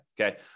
okay